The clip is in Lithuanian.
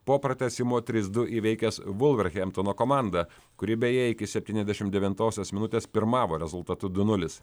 po pratęsimo trys du įveikęs vulverhemptono komandą kuri beje iki septyniasdešim devintosios minutės pirmavo rezultatu du nulis